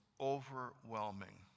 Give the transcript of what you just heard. overwhelming